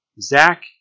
Zach